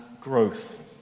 growth